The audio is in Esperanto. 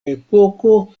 epoko